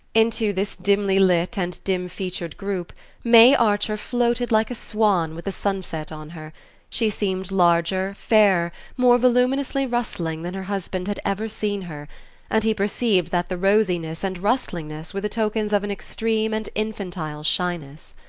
into this dimly-lit and dim-featured group may archer floated like a swan with the sunset on her she seemed larger, fairer, more voluminously rustling than her husband had ever seen her and he perceived that the rosiness and rustlingness were the tokens of an extreme and infantile shyness.